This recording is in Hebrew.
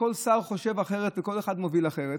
וכל שר חושב אחרת וכל אחד מוביל אחרת,